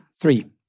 three